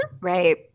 right